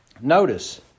Notice